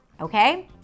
Okay